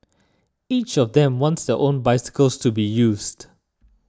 each of them wants their own bicycles to be used